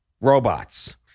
robots